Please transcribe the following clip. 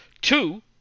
Two